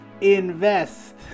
Invest